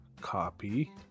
copy